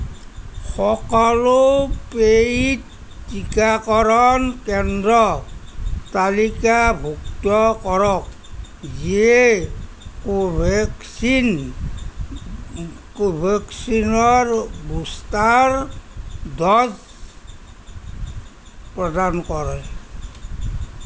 সকলো পে'ইড টীকাকৰণ কেন্দ্ৰ তালিকাভুক্ত কৰক যিয়ে ক'ভেক্সিন ক'ভেক্সিনৰ বুষ্টাৰ ড'জ প্ৰদান কৰে